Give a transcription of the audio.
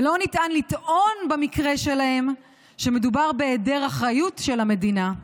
ולא ניתן לטעון במקרה שלהם שמדובר בהיעדר אחריות של המדינה: